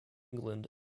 england